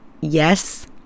Yes